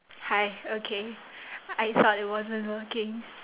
hi okay I thought it wasn't working